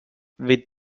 with